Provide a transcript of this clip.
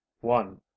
one